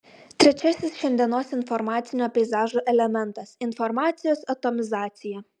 trečiasis šiandienos informacinio peizažo elementas informacijos atomizacija